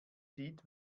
sieht